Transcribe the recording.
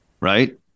right